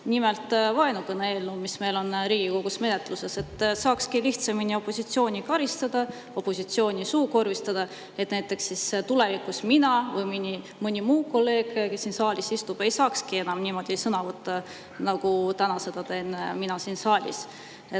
Nimelt, vaenukõne-eelnõu on Riigikogus menetluses, et saakski lihtsamini opositsiooni karistada, opositsiooni suukorvistada, et tulevikus näiteks mina või mõni muu kolleeg, kes siin saalis istub, ei saakski enam niimoodi sõna võtta, nagu mina seda täna siin saalis